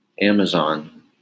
Amazon